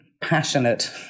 passionate